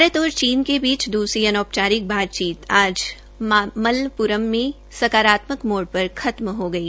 भारत और चीन के बीच दूसरी अनौपचारिक बातचीत आज मामल्लपुरम में सकारात्मक मोड़ पर खत्म हो गई